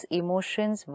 emotions